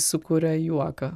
sukuria juoką